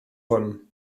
hwn